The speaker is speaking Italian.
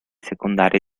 secondarie